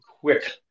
quick